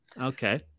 Okay